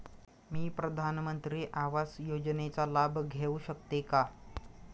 मी प्रधानमंत्री आवास योजनेचा लाभ घेऊ शकते का?